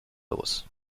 los